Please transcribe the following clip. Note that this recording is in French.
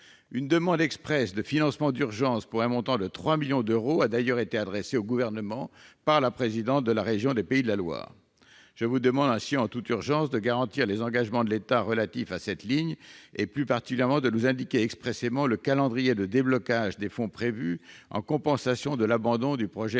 Une demande expresse de financement d'urgence, pour un montant de 3 millions d'euros, a d'ailleurs été adressée au Gouvernement par la présidente de la région Pays de la Loire. Je vous demande donc, madame la secrétaire d'État, de garantir en toute urgence les engagements de l'État relatifs à cette ligne et, plus particulièrement, de nous indiquer expressément le calendrier de déblocage des fonds prévus en compensation de l'abandon du projet